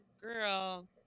girl